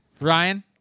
Ryan